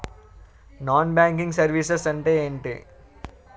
Non banking services అంటే ఎంటి?